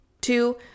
Two